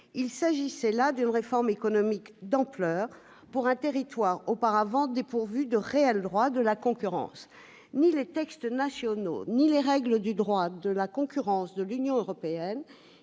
Il s'agissait là d'une réforme économique d'ampleur, pour un territoire auparavant dépourvu de réel droit de la concurrence. En effet, ni les textes nationaux ni les règles du droit de la concurrence de l'Union européenne